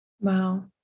Wow